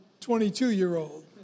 22-year-old